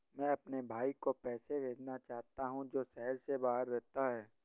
मैं अपने भाई को पैसे भेजना चाहता हूँ जो शहर से बाहर रहता है